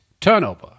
turnover